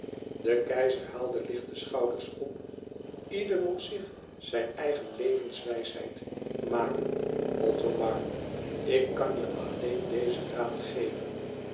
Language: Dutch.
de keizer haalde licht de schouders op ieder moet zich zijn eigen levenswijsheid maken othomar ik kan je alleen dezen raad geven